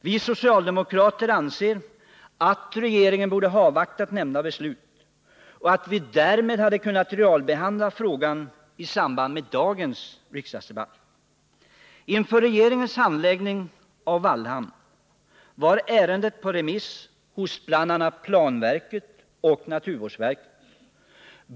Vi socialdemokrater anser att regeringen borde ha avvaktat med detta beslut, så att vi därmed hade kunnat realbehandla frågan i samband med dagens riksdagsdebatt. Inför regeringens handläggning av ärendet var det på remiss hos bl.a. planverket och naturvårdsverket.